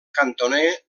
cantoner